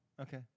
okay